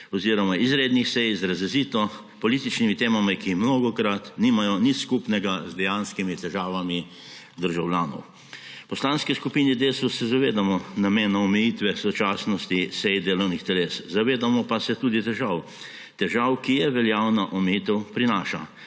oziroma izrednih sej z izrazito političnimi temami, ki mnogokrat nimajo nič skupnega z dejanskimi težavami državljanov. V Poslanski skupini se zavedamo namena omejitve sočasnosti sej delovnih teles. Zavedamo pa se tudi težav, težav, ki jo veljavna omejitev prinaša.